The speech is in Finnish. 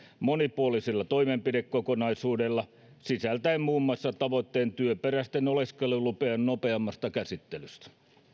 monipuolisella toimenpidekokonaisuudella sisältäen muun muassa tavoitteen työperäisten oleskelulupien nopeammasta käsittelystä